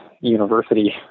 university